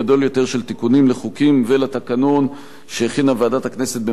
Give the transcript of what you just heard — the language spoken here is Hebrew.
ולתקנון שהכינה ועדת הכנסת במהלך כהונת הכנסת הנוכחית.